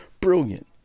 Brilliant